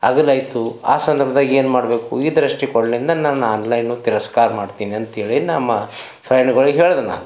ಅಗಲ ಇತ್ತು ಆ ಸಂದರ್ಭದಾಗ ಏನ್ಮಾಡಬೇಕು ಈ ದೃಷ್ಟಿ ಕೋಲಿನಿಂದ ನಾನು ಆನ್ಲೈನು ತಿರಸ್ಕಾರ ಮಾಡ್ತೀನಿ ಅಂಥೇಳಿ ನಮ್ಮ ಫ್ರೆಂಡ್ಗಳಿಗೆ ಹೇಳಿದೆ ನಾನು